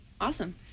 Awesome